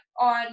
on